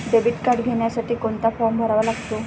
Debit card घेण्यासाठी कोणता form भरावा लागतो?